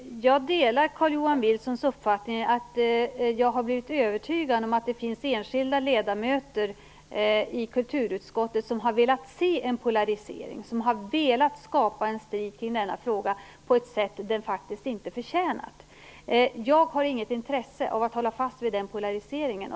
Herr talman! Jag delar Carl-Johan Wilsons uppfattning. Jag har blivit övertygad om att det finns enskilda ledamöter i kulturutskottet som har velat se en polarisering, som har velat skapa en strid kring denna fråga på ett sätt den faktiskt inte förtjänat. Jag har inget intresse av att hålla fast vid den polariseringen.